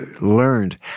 learned